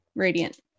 Radiant